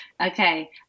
Okay